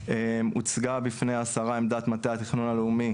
הוצגה בפני השרה עמדת מטה התכנון הלאומי,